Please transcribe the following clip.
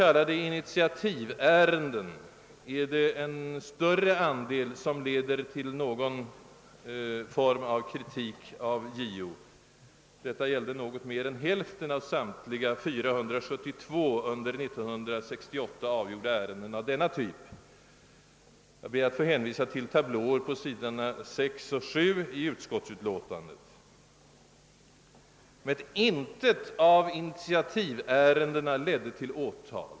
Av initiativärendena är det en större andel som leder till någon form av kritik från JO; detta gäller något mera än hälften av samtliga 472 under år 1968 avgjorda ärenden av denna typ. Jag ber att få hänvisa till tablåer på s. 6 och 7 i utskottsutlåtandet. Intet av initiativärendena ledde dock till åtal.